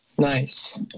Nice